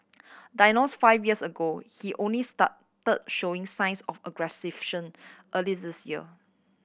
diagnosed five years ago he only started showing signs of early this year